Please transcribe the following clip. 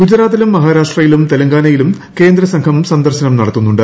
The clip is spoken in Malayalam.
ഗുജറാത്തിലും മഹാരാഷ്ട്രയിലും തെലങ്കാനയിലും കേന്ദ്ര സംഘം സന്ദർശനം നടത്തുന്നുണ്ട്